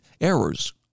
errors